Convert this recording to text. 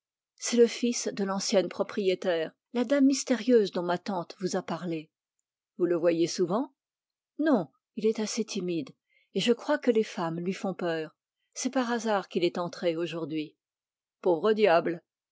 c'est le fils de l'ancienne propriétaire la dame mystérieuse dont ma tante vous a parlé vous le voyez souvent non il est assez timide et je crois que les femmes lui font peur c'est par hasard qu'il est entré aujourd'hui